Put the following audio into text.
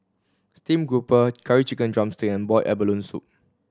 steamed grouper Curry Chicken drumstick and boiled abalone soup